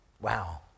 Wow